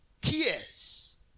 tears